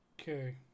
Okay